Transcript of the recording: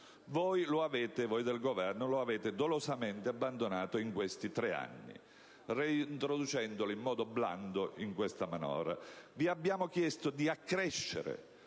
contabilistico pubblico. Voi lo avete dolosamente abbandonato in questi 3 anni, reintroducendolo in modo blando in questa manovra. Vi abbiamo chiesto di accrescere